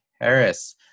Harris